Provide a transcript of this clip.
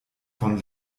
von